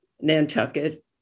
Nantucket